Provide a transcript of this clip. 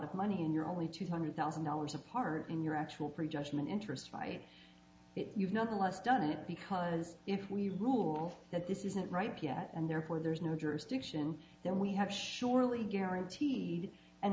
of money and you're only two hundred thousand dollars apart in your actual pre judgment interest fight if you have nothing less done it because if we rule that this isn't right yet and therefore there's no jurisdiction then we have surely guaranteed and